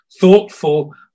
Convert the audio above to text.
thoughtful